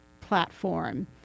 platform